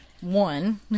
one